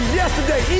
yesterday